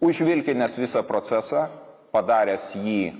užvilkinęs visą procesą padaręs jį